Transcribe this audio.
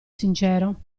sincero